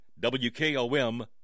WKOM